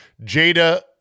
Jada